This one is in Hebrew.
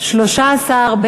ויעקב אשר לסעיף 1 לא נתקבלה.